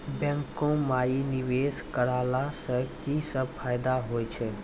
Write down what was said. बैंको माई निवेश कराला से की सब फ़ायदा हो छै?